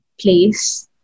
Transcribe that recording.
place